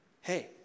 Hey